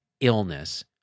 illness